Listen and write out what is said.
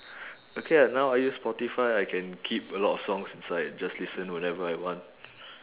okay ah now I use spotify I can keep a lot of songs inside and just listen whenever I want